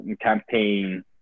campaign